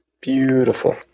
beautiful